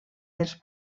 dels